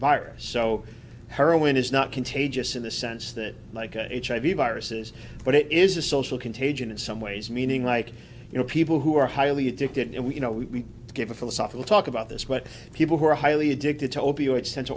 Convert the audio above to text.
virus so heroin is not contagious in the sense that like hiv viruses but it is a social contagion in some ways meaning like you know people who are highly addicted and we you know we give a philosophical talk about this but people who are highly addicted to opioids tend to